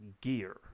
gear